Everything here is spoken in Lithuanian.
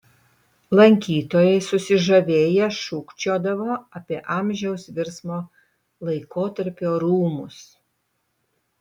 lankytojai susižavėję šūkčiodavo apie amžiaus virsmo laikotarpio rūmus